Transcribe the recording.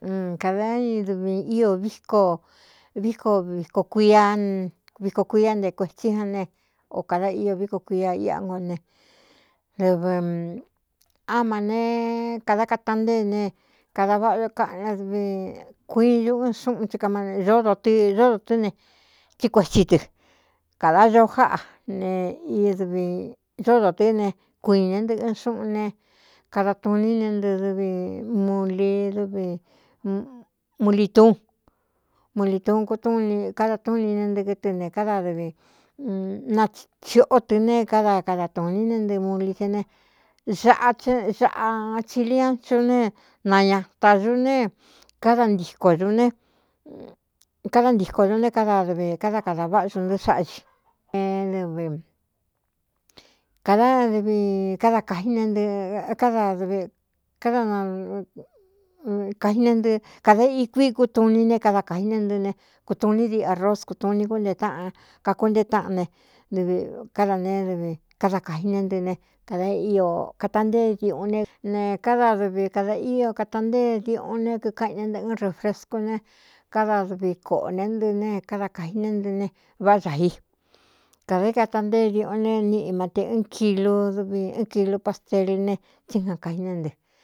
Kādañ dvī í íkovíko vk kuia viko kuiá nte kuētsí jan ne o kāda ío víko kuia íꞌa ngo ne dɨv á ma ne kadá katan ntée ne kda vꞌꞌavi kuii ñu ɨn xúꞌun m ñódotɨ dódo tɨ́ ne tsí kuetsi dɨ kādā ño jáꞌa ne ii dvi dódo tɨ́ ne kuiin ne ntɨꞌɨn xúꞌun ne kada tuu ní ne ntɨ dɨvi mllúún muliuun ku n káda tú ni ne ntɨ kɨtɨ ne káda dɨvi natsiꞌo tɨ ne káda kada tūɨ ni né ntɨ muli te ne zaꞌa saꞌa chiliansu ne nañata ñu ne ank káda ntiko ñu ne káda dɨvi káda kadā váꞌañu ntɨ́́ xáꞌa iv kādádɨvi káda kai e nɨkádava kai ne nɨ kādā i kuí kutu ni ne kada kāi ne ntɨ ne kutu ní diꞌ a ros kutu ni kúntee taꞌan kakuntée táꞌan ne v káda neé vi káda kāji né ntɨ ne kdakata ntée diuꞌun ne ne káda dɨvi kadā ío kata ntée diuꞌun ne kikáꞌin ne ntɨꞌɨn reufrescú ne káda dɨvi kōꞌō né ntɨ ne káda kāji né ntɨ ne váꞌá xā i kādā i kata ntée diuꞌun ne niꞌi mate ɨn kilu dvi ɨn kilu pastel ne tsí kan kaji né ntɨ.